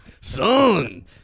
son